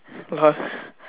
!wah!